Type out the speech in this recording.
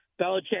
Belichick